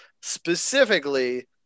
Specifically